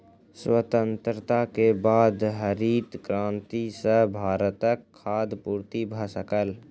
स्वतंत्रता के बाद हरित क्रांति सॅ भारतक खाद्य पूर्ति भ सकल